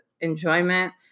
enjoyment